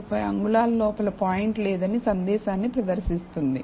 25 అంగుళాల లోపల పాయింట్ లేదని సందేశాన్ని ప్రదర్శిస్తుంది